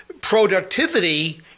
productivity